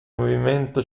movimento